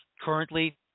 currently